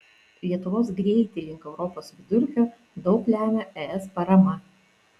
lietuvos greitį link europos vidurkio daug lemia es parama